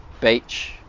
Beach